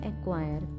acquire